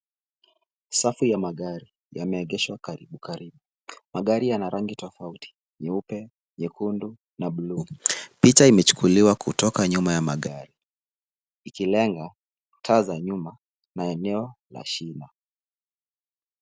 Safu ya magari yameegeshwa karibu karibu. Magari yana rangi tofauti nyeupe, nyekundu na bluu. Picha imechukuliwa kutoka nyuma ya magari ikilenga taa za nyuma na eneo la shina.